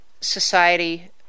society